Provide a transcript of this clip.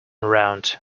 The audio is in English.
around